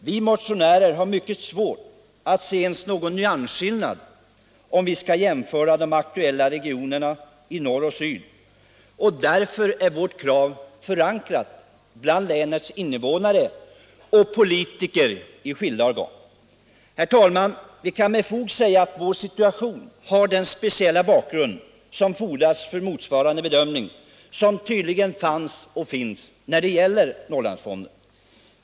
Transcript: Vi motionärer har mycket svårt att se ens någon nyansskillnad om vi skall jämföra de aktuella regionerna i norr och syd, och därför är vårt krav förankrat bland länets invånare och politiker i skilda organ. Herr talman! Vi kan med fog säga att vår situation har den speciella bakgrund som fordras för motsvarande bedömning som tydligen fanns och finns när det gäller Norrlandsfonden.